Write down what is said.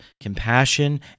compassion